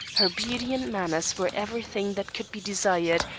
her beauty and manners were everything that could be desired,